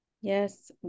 Yes